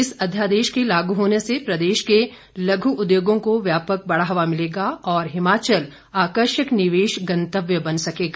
इस अध्यादेश के लागू होने से प्रदेश के लघू उद्योगों को व्यापक बढ़ावा मिलेगा और हिमाचल आकर्षक निवेश गंतव्य बन सकेगा